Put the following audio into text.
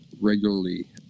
regularly